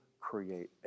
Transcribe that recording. create